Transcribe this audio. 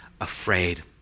afraid